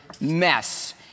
mess